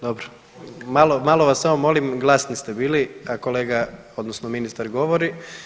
Dobro, malo, malo vas samo molim, glasni ste bili, a kolega, odnosno ministar govori.